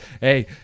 Hey